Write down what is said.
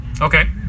Okay